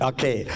Okay